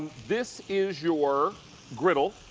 this is your griddle.